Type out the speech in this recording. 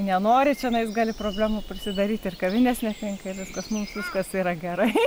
nenori čionais gali problemų prisidaryt ir kavinės netinka ir viskas mums viskas yra gerai